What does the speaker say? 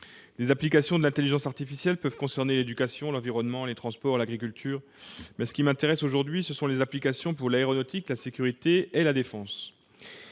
Les applications de l'intelligence artificielle peuvent concerner l'éducation, l'environnement, les transports, l'agriculture, mais ce qui m'intéresse aujourd'hui, ce sont les applications pour l'aéronautique, la sécurité et surtout la défense